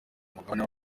mugabane